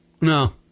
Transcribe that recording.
No